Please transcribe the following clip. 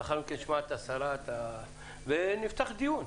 לאחר מכן נשמע את השרה ונפתח דיון.